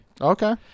Okay